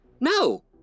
No